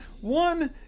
one